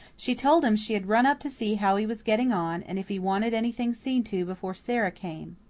she told him she had run up to see how he was getting on, and if he wanted anything seen to before sara came.